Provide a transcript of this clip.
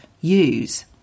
use